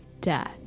death